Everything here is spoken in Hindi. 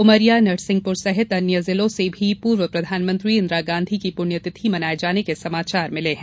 उमरिया नरसिंहपुर सहित अन्य जिलों से भी पूर्व प्रधानमंत्री इंदिरा गांधी की पुण्यतिथि मनाये जाने के समाचार मिले हैं